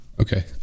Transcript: Okay